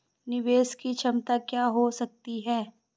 निवेश की क्षमता क्या हो सकती है?